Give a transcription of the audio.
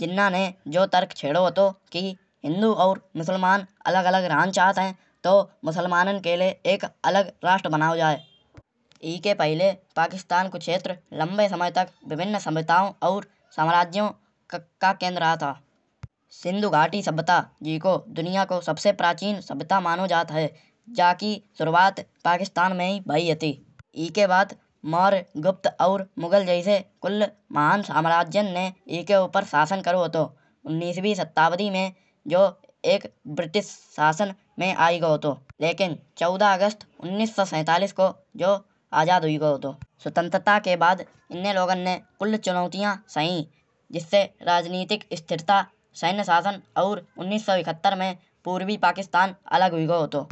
जिन्ना ने जौ तर्क छेड़ो हतो। हिंदू और मुस्लिम अलग अलग रहन चाहत है। तौ मुसलमानन के लाय एक अलग राष्ट्र बनाओ जाए। ईके पहिले पाकिस्तान को क्षेत्र लंबे समय तक विभिन्न सभ्यताओ और साम्राज्यो का केंद्र रहा था। सिन्धु घाटी सभ्यता जेको दुनिया को सबसे प्राचीन सभ्यता मानो जात है। जाकी शुरआत पाकिस्तान में ही भयी हती। ईकब बाद मौर्य गुप्ता और मुग़ल जैसे कुलोल महान साम्राज्यन ने ईखे ऊपर शासन करो हतो। उन्नीसवी सदी में जो एक ब्रिटिश शासन में आयी गाओ हतो। लेकीन चौदह अगस्त उन्नीस सौ सैतालीस को जौ आज़ाद हुई गाओ हतो। स्वतंत्रता के बाद इन्ने लोगन ने क़ुल्ल चुनौतीया सही। जिस्से राजनीतिक स्थिरता सैन्य शासन और उन्नीस सौ इकहत्तर में पूर्वी पाकिस्तान अलग हुई गाओ हतो।